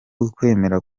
ukwemera